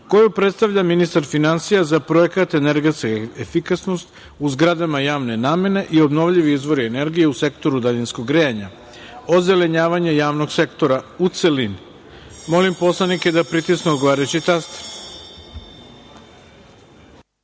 koju predstavlja ministar finansija za projekat „Energetska efikasnost u zgradama javne namene i obnovljivi izvori energije u sektoru daljinskog grejanja – ozelenjavanje javnog sektora“, u celini. Molim poslanike da pritisnu odgovarajući